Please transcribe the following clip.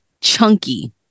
chunky